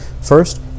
First